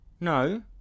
no